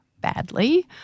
badly